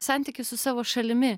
santykis su savo šalimi